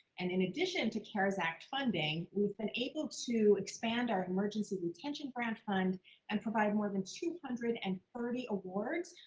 and in addition to cares act funding, we've been able to expand our emergency retention grant fund and provide more than two hundred and thirty awards,